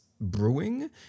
brewing